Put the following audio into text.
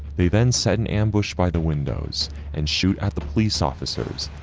they then set an ambush by the windows and shoot at the police officers,